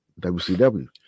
WCW